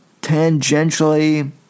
tangentially